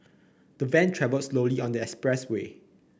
the van travel slowly on the express way